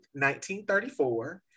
1934